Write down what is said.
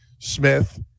Smith